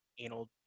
anal